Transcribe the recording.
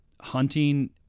hunting